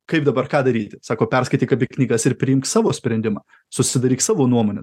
kaip dabar ką daryti sako perskaityk abi knygas ir priimk savo sprendimą susidaryk savo nuomonę